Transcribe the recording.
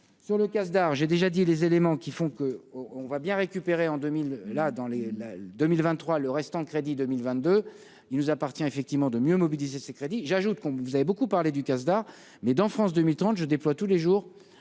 sur le casse d'art, j'ai déjà dit les éléments qui font que, on va bien récupérer, en 2000-là dans les là 2023 le restant de crédit 2022, il nous appartient, effectivement, de mieux mobiliser ces crédits j'ajoute qu'on vous avez beaucoup parlé du CASDAR, mais dans France 2030 je déploie tous les jours